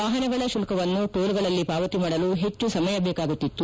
ವಾಹನಗಳ ಶುಲ್ಲವನ್ನು ಟೋಲ್ಗಳಲ್ಲಿ ಪಾವತಿ ಮಾಡಲು ಹೆಚ್ಚು ಸಮಯ ಬೇಕಾಗುತ್ತಿತ್ತು